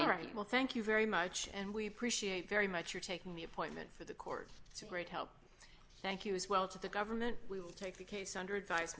i will thank you very much and we appreciate very much you're taking the appointment for the court it's a great help thank you as well to the government we will take the case under advi